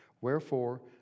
Wherefore